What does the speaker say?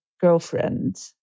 girlfriend